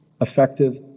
effective